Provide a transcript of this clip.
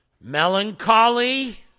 melancholy